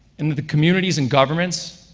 and the communities and governments,